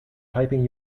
typing